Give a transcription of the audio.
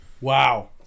Wow